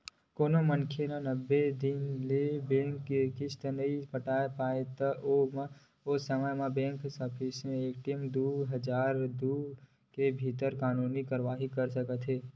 कोनो मनखे नब्बे दिन ले बेंक के किस्ती नइ पटा पाय ओ समे बेंक वाले सरफेसी एक्ट दू हजार दू के भीतर कानूनी कारवाही करथे